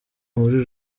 muri